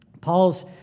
Paul's